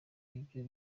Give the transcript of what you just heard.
nabyo